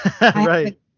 Right